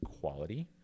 quality